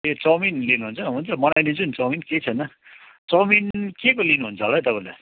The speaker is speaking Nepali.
ए चाउमिन लिनुहुन्छ हुन्छ बनाइदिन्छु नि चाउमिन केही छैन चाउमिन केको लिनुहुन्छ होला नि तपाईँले